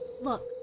Look